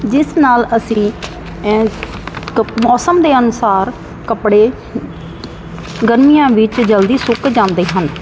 ਜਿਸ ਨਾਲ ਅਸੀਂ ਕ ਮੌਸਮ ਦੇ ਅਨੁਸਾਰ ਕੱਪੜੇ ਗਰਮੀਆਂ ਵਿੱਚ ਜਲਦੀ ਸੁੱਕ ਜਾਂਦੇ ਹਨ